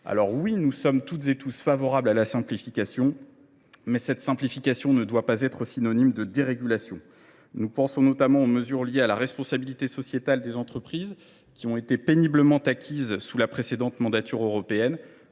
Certes, nous sommes, toutes et tous, favorables à la simplification, mais celle ci ne doit pas être synonyme de dérégulation. Nous pensons notamment aux mesures liées à la responsabilité sociétale des entreprises, qui ont été péniblement acquises sous la précédente mandature européenne,